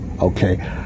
okay